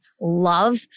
love